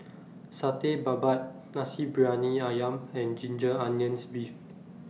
Satay Babat Nasi Briyani Ayam and Ginger Onions Beef